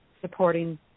supporting